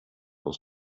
aus